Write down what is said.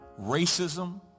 racism